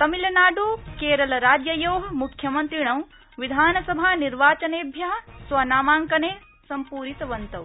तमिलनाडुकेरलराज्ययोः मुख्यमन्त्रिणौ विधासभानिर्वाचनेभ्यः स्वनामाङ्कने परिपूरितवन्तौ